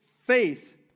faith